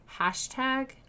Hashtag